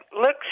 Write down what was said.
looks